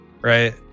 right